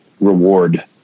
reward